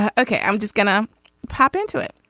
ah okay. i'm just gonna pop into it